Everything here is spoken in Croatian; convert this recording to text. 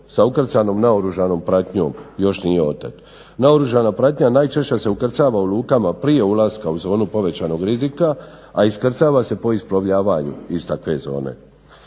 sa ukrcanom naoružanom pratnjom još nije otet. Naoružana pratnja najčešće se ukrcava u lukama prije ulaska u zonu povećanog rizika, a iskrcava se po isplovljavanju iz takve zone.